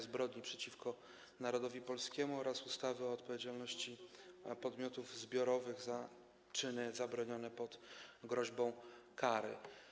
Zbrodni przeciwko Narodowi Polskiemu oraz ustawy o odpowiedzialności podmiotów zbiorowych za czyny zabronione pod groźbą kary.